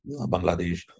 Bangladesh